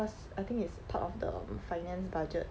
cause I think it's part of the finance budget